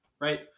Right